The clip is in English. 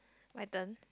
my turn